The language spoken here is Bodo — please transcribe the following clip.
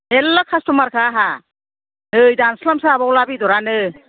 मेरला खास्थ'मारखा आंहा नै दानस्लाबनोसो हाबावला बेदरआनो